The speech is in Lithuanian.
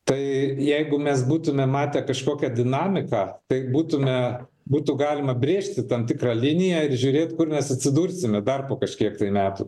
tai jeigu mes būtumėm matę kažkokią dinamiką tai būtume būtų galima brėžti tam tikrą liniją ir žiūrėt kur mes atsidursime dar po kažkiek tai metų